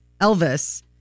Elvis